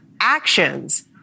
actions